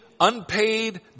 unpaid